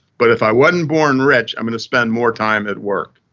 but if i wasn't born rich, i'm gonna spend more time at work.